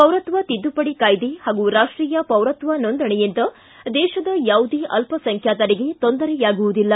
ಪೌರತ್ವ ತಿದ್ದುಪಡಿ ಕಾಯ್ದೆ ಹಾಗೂ ರಾಷ್ಟೀಯ ಪೌರತ್ವ ನೋಂದಣೆಯಿಂದ ದೇಶದ ಯಾವುದೇ ಅಲ್ಪಸಂಖ್ಯಾತರಿಗೆ ತೊಂದರೆಯಾಗುವುದಿಲ್ಲ